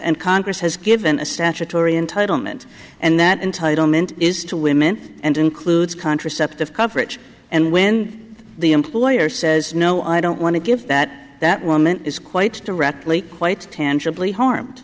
and congress has given a statutory in title meant and that entitlement is to women and includes contraceptive coverage and when the employer says no i don't want to give that that woman is quite directly quite tangibly harmed